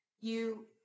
you-